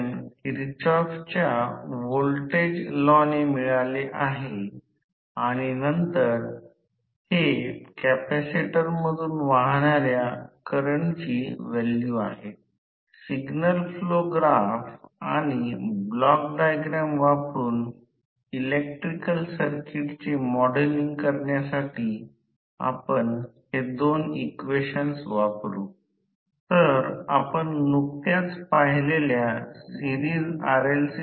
तर म्हणून त्या परिस्थितीत स्टेटर ने हवेच्या अंतरात फिरणारे चुंबकीय क्षेत्र स्थापित केले जे स्टेटर विंडिंग ने दर्शविलेल्या F1 मध्ये समकालिक वेगाने प्रेरित emf ला चालवते